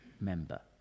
member